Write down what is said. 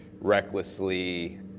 recklessly